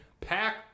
Pack